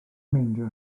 meindio